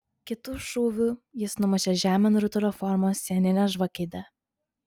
kitu šūviu jis numušė žemėn rutulio formos sieninę žvakidę